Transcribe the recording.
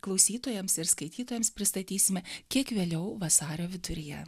klausytojams ir skaitytojams pristatysime kiek vėliau vasario viduryje